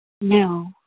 No